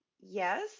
yes